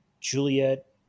Juliet